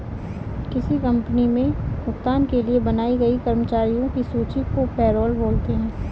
किसी कंपनी मे भुगतान के लिए बनाई गई कर्मचारियों की सूची को पैरोल बोलते हैं